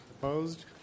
Opposed